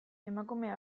emakume